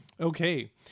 Okay